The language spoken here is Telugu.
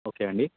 ఓకే అండి